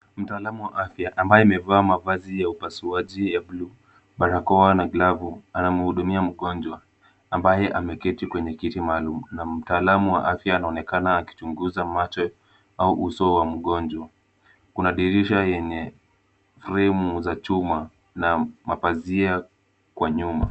Mtaalamu wa afya ambaye amevaa mavazi ya upasuaji ya buluu, barakoa na glavu, anamhudumia mgonjwa ambaye ameketi kwenye kiti maalum na mtaalamu wa afya anaonekana akichunguza macho au uso wa mgonjwa. Kuna dirisha yenye fremu za chuma na mapazia kwa nyuma.